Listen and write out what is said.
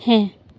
ᱦᱮᱸ